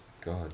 God